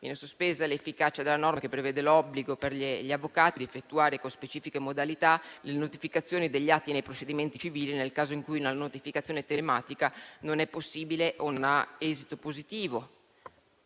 importante - l'efficacia della norma che prevede l'obbligo per gli avvocati di effettuare con specifiche modalità le notificazioni degli atti nei procedimenti civili nel caso in cui la notificazione telematica non sia possibile o non abbia esito positivo.